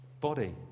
body